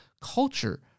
culture